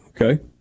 Okay